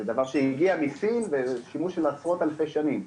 זה דבר שהגיע מסין ונמצא בשימוש של עשרות אלפי שנים,